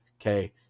okay